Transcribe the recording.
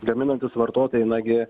gaminantys vartotojai nagi